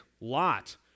Lot